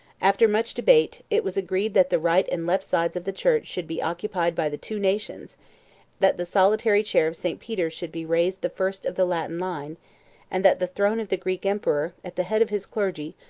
after much debate, it was agreed that the right and left sides of the church should be occupied by the two nations that the solitary chair of st. peter should be raised the first of the latin line and that the throne of the greek emperor, at the head of his clergy,